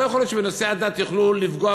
לא יכול להיות שבנושא הדת יוכלו לפגוע